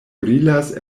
brilas